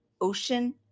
ocean